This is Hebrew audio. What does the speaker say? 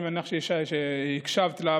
אני מניח שהקשבת לה,